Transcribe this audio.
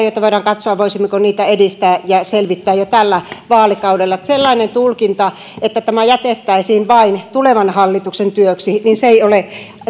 niin voidaan katsoa voisimmeko niitä edistää ja selvittää jo tällä vaalikaudella että sellainen tulkinta että tämä jätettäisiin vain tulevan hallituksen työksi ei ole